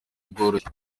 bworoshye